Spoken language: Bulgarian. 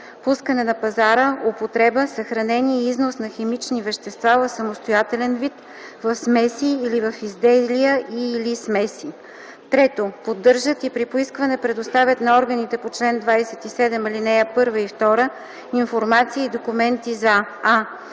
пускане на пазара, употреба, съхранение и износ на химични вещества в самостоятелен вид, в смеси или в изделия и/или смеси; 3. поддържат и при поискване предоставят на органите по чл. 27, ал. 1 и 2 информация и документите за: